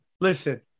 listen